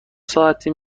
ساعتی